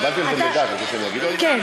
קיבלתי על זה מידע, את רוצה שאני אגיב לו על זה?